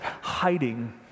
hiding